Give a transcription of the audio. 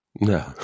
No